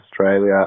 Australia